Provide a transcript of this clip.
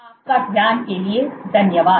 आपका ध्यान के लिए धन्यवाद